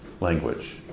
language